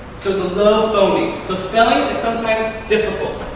so it's a low phoneme. so spelling is sometimes difficult.